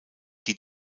die